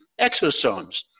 exosomes